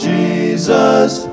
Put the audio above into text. Jesus